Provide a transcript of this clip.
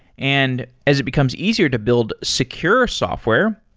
and as it becomes easier to build secure software,